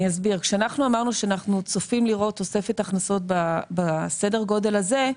כשאמרנו שאנחנו צופים לראות תוספת הכנסות בסדר גודל כזה,